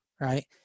right